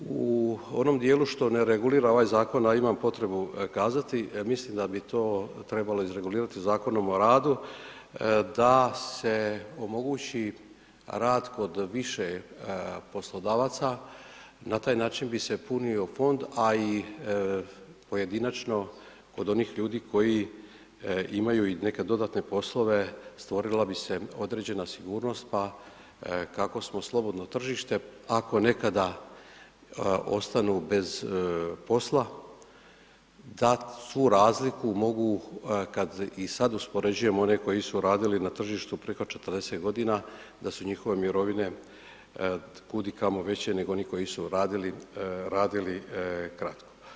U onom dijelu što ne regulira ovaj zakon, a imam potrebu kazati, mislim da bi to trebalo izregulirati Zakonom o radu da se omogući rad kod više poslodavaca, na taj način bi se punio fond, a i pojedinačno kod onih ljudi koji imaju i neke dodatne poslove, stvorila bi se određena sigurnost pa kako smo slobodno tržište, ako nekada ostanu bez posla, da tu razliku mogu, kad i sad uspoređujemo one koji su radili na tržištu preko 40 godina, da su njihove mirovine kudikamo veće nego onih koji su radili kratko.